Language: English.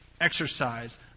exercise